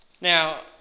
Now